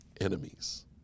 enemies